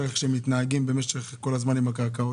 איך שהם מתנהגים במשך כל הזמן עם הקרקעות?